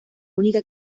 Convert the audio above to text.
única